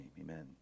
amen